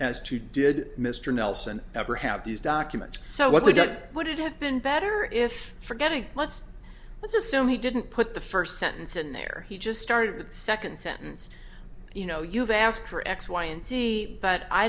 as to did mr nelson ever have these documents so what we got would have been better if forgetting let's let's assume he didn't put the first sentence in there he just started the second sentence you know you've asked for x y and z but i